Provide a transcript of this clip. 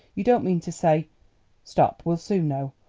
you don't mean to say stop we'll soon know.